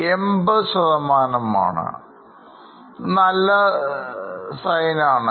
ഇത്നല്ല sign in ആണ്